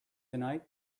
tonight